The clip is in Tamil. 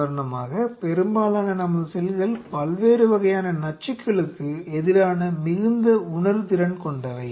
உதாரணமாக பெரும்பாலான நமது செல்கள் பல்வேறு வகையான நச்சுகளுக்கு எதிரான மிகுந்த உணர்திறன் கொண்டவை